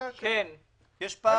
אנחנו נידרש להעלות את הדברים --- יש פער